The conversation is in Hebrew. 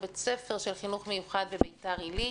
בית ספר של החינוך המיוחד בביתר עילית.